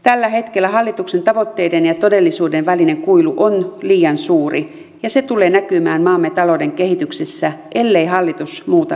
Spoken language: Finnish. tällä hetkellä hallituksen tavoitteiden ja todellisuuden välinen kuilu on liian suuri ja se tulee näkymään maamme talouden kehityksessä ellei hallitus muuta linjaansa